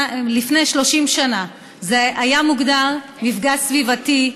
לפני 30 שנה כל זיהום שנעשה היה מוגדר מפגע סביבתי,